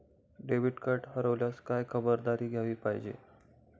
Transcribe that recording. Debit card हरवल्यावर काय खबरदारी घ्यायला पाहिजे?